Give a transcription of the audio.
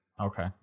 Okay